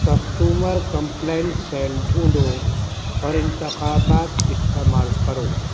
customer complaint cell ڈھونڈو اور انتخابات استعمال کرو